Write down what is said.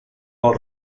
del